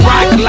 Rock